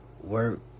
work